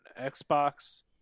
xbox